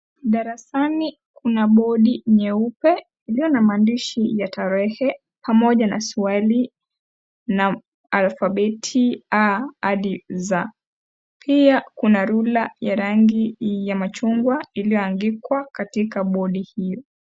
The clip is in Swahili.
Darasani kuna bodi nyeupe iliyo na maandishi ya tarehe pamoja na swali na alphabeti A hadi Za, pia kuna rula ya rangi ya machungwa, iliyoandikwa katika bodi hiyo.